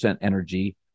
energy